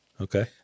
Okay